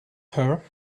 her